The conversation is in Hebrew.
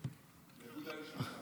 לאגודה היו שלושה.